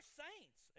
saints